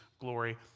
glory